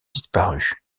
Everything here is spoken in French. disparu